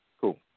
Cool